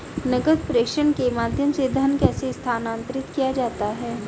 नकद प्रेषण के माध्यम से धन कैसे स्थानांतरित किया जाता है?